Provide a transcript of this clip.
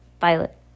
Violet